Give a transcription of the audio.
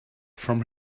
from